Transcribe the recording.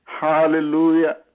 Hallelujah